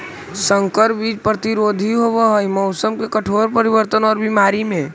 संकर बीज प्रतिरोधी होव हई मौसम के कठोर परिवर्तन और बीमारी में